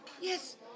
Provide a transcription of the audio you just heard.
Yes